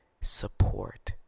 support